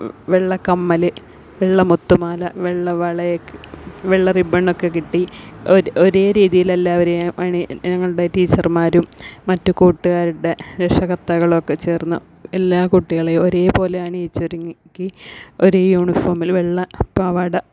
വെള്ള കമ്മൽ വെള്ള മുത്തുമാല വെള്ള വളയൊക്കെ വെള്ള റിബൺ ഒക്കെ കെട്ടി ഒരേ രീതിയില് എല്ലാവരെയും അണിയി ഞങ്ങളുടെ ടീച്ചര്മാരും മറ്റു കൂട്ടുകാരുടെ രക്ഷകർത്താക്കളൊക്കെ ചേർന്ന് എല്ലാ കുട്ടികളെയും ഒരേപോലെ അണിയിച്ചൊരുക്കി കി ഒരേ യൂണിഫോമിൽ വെള്ള പാവാട